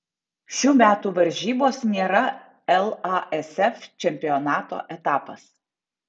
šių metų varžybos nėra lasf čempionato etapas